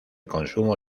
consumo